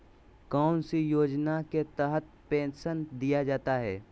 कौन सी योजना के तहत पेंसन दिया जाता है?